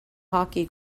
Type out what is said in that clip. hockey